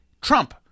trump